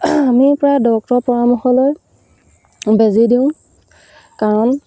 আমি প্ৰায় ডক্তৰৰ পৰামৰ্শ লৈ বেজী দিওঁ কাৰণ